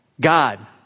God